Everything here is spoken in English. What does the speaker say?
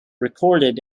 recorded